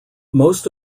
most